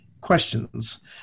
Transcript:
questions